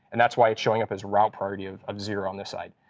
and that's why it's showing up as route priority of of zero on this side.